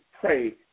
pray